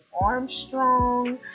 Armstrong